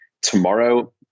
tomorrow